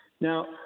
Now